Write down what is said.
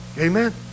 amen